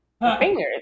fingers